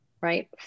right